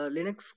Linux